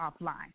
offline